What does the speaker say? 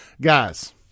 guys